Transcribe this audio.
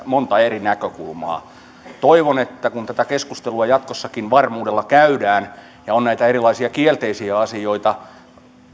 monta eri näkökulmaa toivon että kun tätä keskustelua jatkossakin varmuudella käydään ja on näitä erilaisia kielteisiä asioita